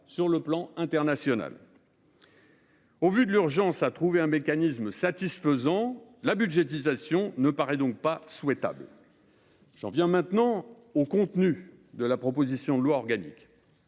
sur le plan international. Au vu de l’urgence à trouver un mécanisme satisfaisant, la budgétisation ne paraît donc pas souhaitable. J’en viens maintenant au contenu de la proposition de loi organique.